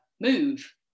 move